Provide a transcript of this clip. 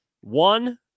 one